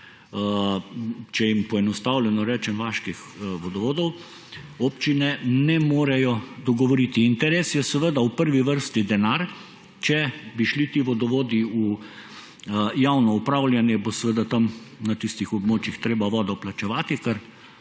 teh, poenostavljeno rečeno, vaških vodovodov občine ne morejo dogovoriti. Interes je seveda v prvi vrsti denar. Če bi šli ti vodovodi v javno upravljanje, bo na tistih območjih treba vodo plačevati,